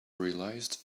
realised